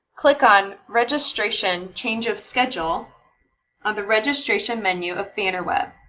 click on registration change of schedule on the registration menu of bannerweb.